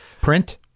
Print